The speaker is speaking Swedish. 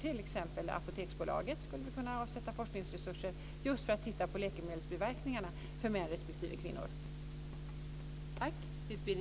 Apoteksbolaget skulle t.ex. kunna avsätta forskningsresurser just för att titta på läkemedelsbiverkningarna för män respektive kvinnor.